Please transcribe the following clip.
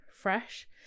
fresh